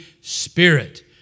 Spirit